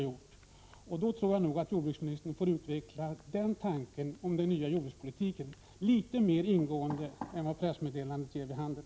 Jag anser att jordbruksministern måste utveckla tanken på en ny jordbrukspolitik något mera ingående än vad det aktuella pressmeddelandet ger vid handen.